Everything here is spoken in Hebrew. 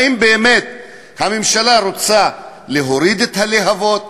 האם הממשלה באמת רוצה להוריד את הלהבות?